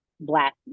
black